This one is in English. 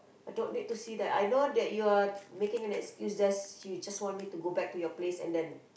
I don't need to see that I know that you are making an excuse just you just want me to go back to your place and then